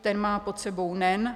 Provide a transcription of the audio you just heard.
Ten má pod sebou NEN.